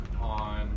on